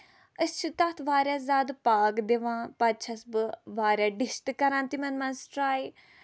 أسۍ چھِ تَتھ واریاہ زیادٕ پاکھ دِوان پَتہٕ چھَس بہٕ واریاہ ڈِش تہِ کران تِمن منٛز ٹراے